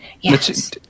Yes